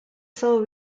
sole